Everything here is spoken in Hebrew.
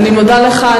אני מודה לך.